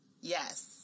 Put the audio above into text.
Yes